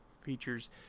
features